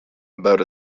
about